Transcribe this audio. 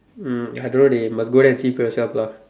um I don't know dey you must go there and see for yourself lah